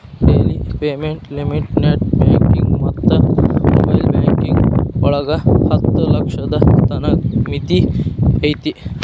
daily payment limit net banking ಮತ್ತ mobile banking ಒಳಗ ಹತ್ತ ಲಕ್ಷದ್ ತನ ಮಿತಿ ಐತಿ